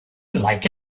like